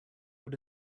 what